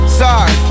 sorry